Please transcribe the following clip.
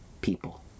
people